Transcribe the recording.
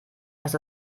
dass